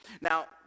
Now